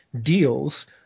deals